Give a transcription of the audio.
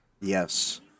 Yes